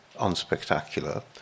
unspectacular